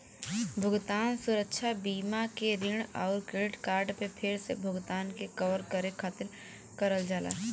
भुगतान सुरक्षा बीमा के ऋण आउर क्रेडिट कार्ड पे फिर से भुगतान के कवर करे खातिर करल जाला